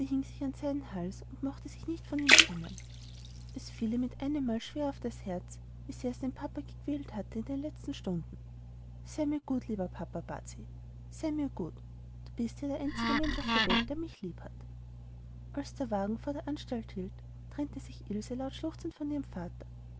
an seinen hals und mochte sich nicht von ihm trennen es fiel ihr mit einemmal schwer auf das herz wie sehr sie den papa gequält hatte in den letzten stunden sei mir gut mein lieber lieber papa bat sie sei mir gut du bist ja der einzige mensch auf der welt der mich lieb hat als der wagen vor der anstalt hielt trennte sich ilse lautschluchzend von ihrem vater